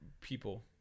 people